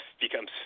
becomes